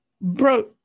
bro